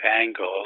angles